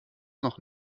noch